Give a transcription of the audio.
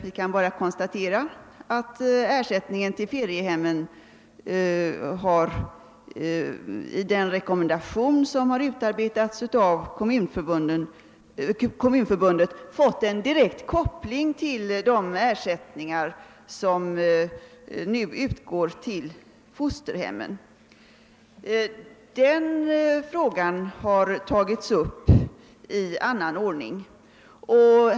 Vi kan bara konstatera att ersättningen till feriehemmen i den rekommendation, som har utarbetats av Kommunförbundet, har fått en direkt koppling till de ersättningar som utgår till fosterhemmen, och den frågan har tagits upp i annan ordning.